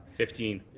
fifteen.